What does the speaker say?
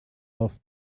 off